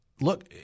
Look